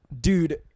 Dude